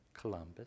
Columbus